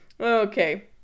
Okay